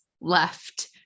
left